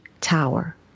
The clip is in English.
tower